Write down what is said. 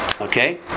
okay